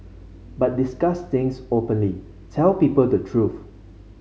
but discuss things openly tell people the truth